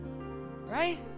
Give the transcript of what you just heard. Right